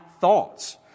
thoughts